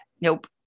Nope